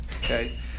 Okay